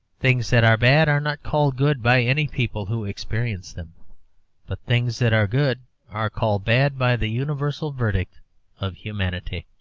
things that are bad are not called good by any people who experience them but things that are good are called bad by the universal verdict of humanity.